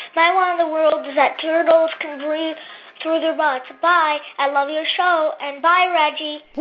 my wow in the world that turtles can breathe through their butts. bye. i love your show. and bye, reggie